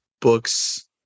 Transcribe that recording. books